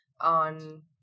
on